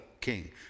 king